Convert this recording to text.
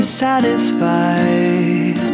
satisfied